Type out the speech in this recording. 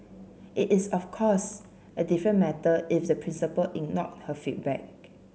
it is of course a different matter if the principal ignored her feedback